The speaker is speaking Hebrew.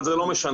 אבל זה לא משנה,